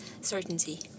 certainty